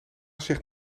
zegt